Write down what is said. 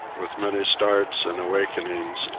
with many starts and awakenings,